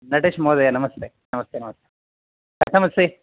नटेशमहोदय नमस्ते नमस्ते नमस्ते कथम् अस्ति